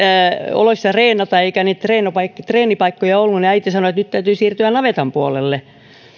oloissa treenata eikä treenipaikkoja treenipaikkoja ollut niin äiti sanoi että nyt täytyy siirtyä navetan puolelle